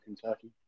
Kentucky